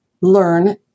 learn